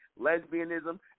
lesbianism